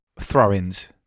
throw-ins